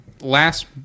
last